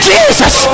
Jesus